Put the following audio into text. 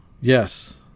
yes